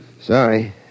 Sorry